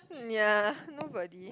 ya nobody